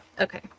Okay